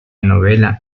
novela